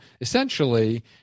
essentially